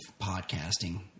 podcasting